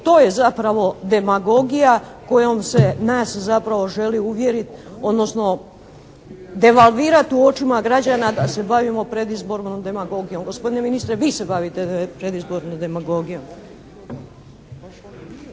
to je zapravo demagogija kojom se nas zapravo želi uvjeriti odnosno devalvirati u očima građana da se bavimo predizbornom demagogijom. Gospodine ministre, vi se bavite predizbornom demagogijom.